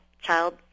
child